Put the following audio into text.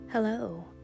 Hello